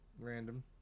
Random